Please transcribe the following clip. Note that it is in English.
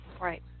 Right